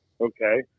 okay